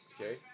Okay